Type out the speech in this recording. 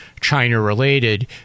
China-related